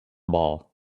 ball